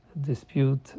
dispute